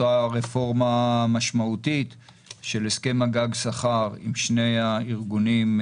אותה רפורמה משמעותית של הסכם הגג שכר עם שני הארגונים,